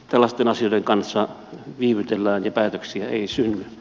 tällaisten asioiden kanssa viivytellään ja päätöksiä ei synny